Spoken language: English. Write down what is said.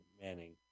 Manning